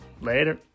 Later